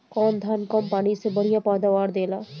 कौन धान कम पानी में बढ़या पैदावार देला?